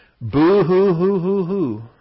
Boo-hoo-hoo-hoo-hoo